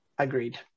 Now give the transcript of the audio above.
Agreed